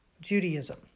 Judaism